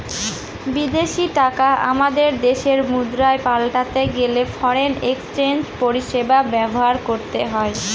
বিদেশী টাকা আমাদের দেশের মুদ্রায় পাল্টাতে গেলে ফরেন এক্সচেঞ্জ পরিষেবা ব্যবহার করতে হয়